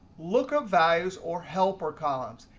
lookup values, or helper columns.